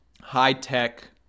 high-tech